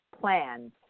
plans